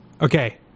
Okay